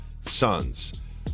Suns